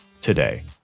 today